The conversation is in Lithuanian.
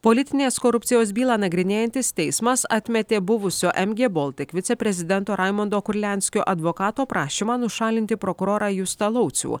politinės korupcijos bylą nagrinėjantis teismas atmetė buvusio mg baltic viceprezidento raimundo kurlianskio advokato prašymą nušalinti prokurorą justą laucių